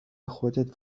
خودت